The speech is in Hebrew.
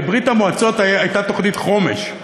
בברית-המועצות הייתה תוכנית חומש,